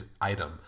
item